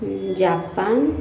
Japan